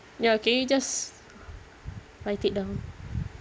ya can you just write it down